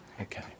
Okay